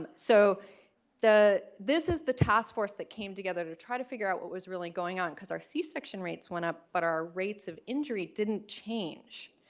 um so the this is the taskforce that came together to try to figure out what was really going on. because our c-section rates went up, but our rates of injury didn't change.